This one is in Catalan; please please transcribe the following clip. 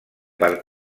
per